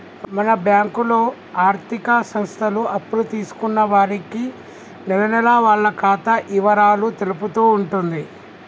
మన బ్యాంకులో ఆర్థిక సంస్థలు అప్పులు తీసుకున్న వారికి నెలనెలా వాళ్ల ఖాతా ఇవరాలు తెలుపుతూ ఉంటుంది